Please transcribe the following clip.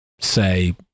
say